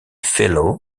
fellow